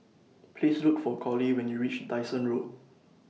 Please Look For Collie when YOU REACH Dyson Road